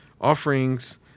offerings